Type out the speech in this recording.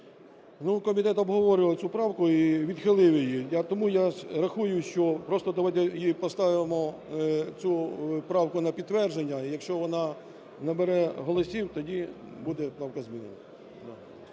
М.П. Комітет обговорював цю правку і відхилив її. Тому я рахую, що просто давайте її поставимо, цю правку, на підтвердження, якщо вона набере голосів, то буде правка змінена.